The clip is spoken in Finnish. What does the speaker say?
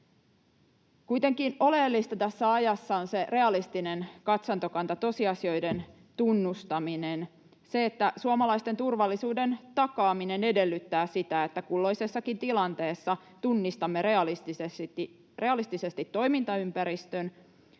Kuitenkin oleellista tässä ajassa on realistinen katsantokanta, tosiasioiden tunnustaminen. Suomalaisten turvallisuuden takaaminen edellyttää sitä, että kulloisessakin tilanteessa tunnistamme realistisesti toimintaympäristön